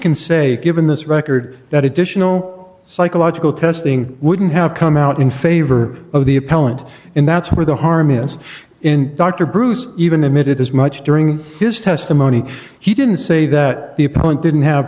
can say given this record that additional psychological testing wouldn't have come out in favor of the appellant and that's where the harm is in dr bruce even admitted as much during his testimony he didn't say that the opponent didn't have